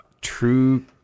True